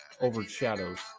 overshadows